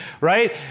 right